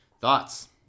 Thoughts